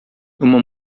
uma